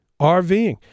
RVing